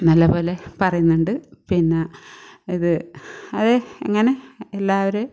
നല്ല പോലെ പറയുന്നുണ്ട് പിന്നെ ഇത് അത് ഇങ്ങനെ എല്ലാവരെയും